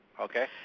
Okay